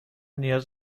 نیاز